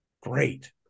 great